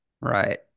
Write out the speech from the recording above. Right